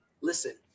Listen